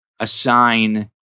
assign